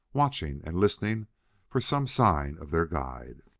watching and listening for some sign of their guide.